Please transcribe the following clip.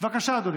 בבקשה, אדוני.